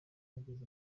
ageze